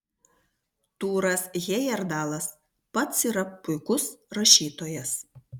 tūras hejerdalas pats yra puikus rašytojas